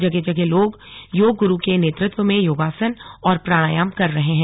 जगह जगह लोग योग गुरू के नेतृत्व में योगासन और प्राणायम कर रहे हैं